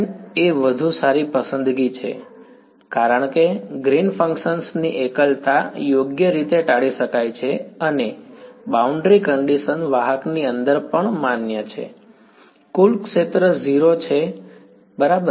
dotted line એ વધુ સારી પસંદગી છે કારણ કે ગ્રીન ફંક્શન ની એકલતા યોગ્ય રીતે ટાળી શકાય છે અને બાઉન્ડ્રી કંડીશન વાહકની અંદર પણ માન્ય છે કુલ ક્ષેત્ર 0 છે બરાબર